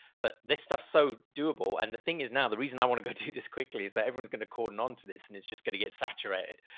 but this stuff's so doable and the thing is now, the reason i want to go do this quickly is that everyone's going to court and on to this and it's just going to get saturated.